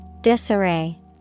Disarray